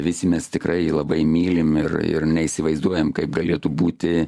visi mes tikrai labai mylim ir ir neįsivaizduojam kaip galėtų būti